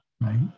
right